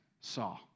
saw